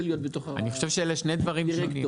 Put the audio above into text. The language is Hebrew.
אני חושב שאלה שני דברים שונים ---..